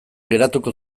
geratuko